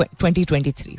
2023